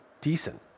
decent